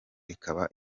ikaba